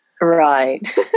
Right